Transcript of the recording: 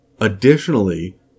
Additionally